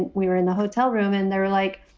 we were in the hotel room and they're like,